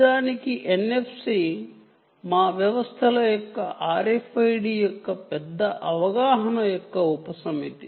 నిజానికి ఎన్ఎఫ్సి వ్యవస్థ RFID యొక్క ఉపసమితి